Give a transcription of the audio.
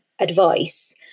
Advice